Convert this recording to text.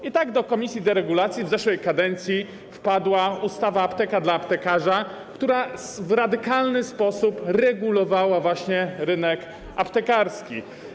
I tak do komisji deregulacji w zeszłej kadencji wpadła ustawa: apteka dla aptekarza, która w radykalny sposób regulowała rynek aptekarski.